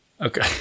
Okay